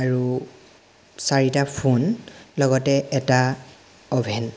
আৰু চাৰিটা ফোন লগতে এটা অ'ভেন